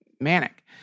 manic